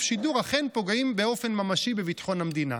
שידור אכן פוגעים באופן ממשי בביטחון המדינה,